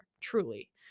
Truly